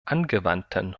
angewandten